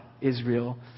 Israel